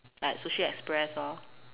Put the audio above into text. like sushi express lor